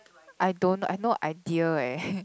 I don't I no idea eh